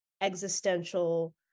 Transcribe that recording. existential